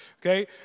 okay